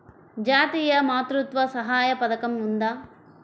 జాతీయ మాతృత్వ సహాయ పథకం ఉందా?